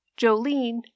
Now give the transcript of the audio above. Jolene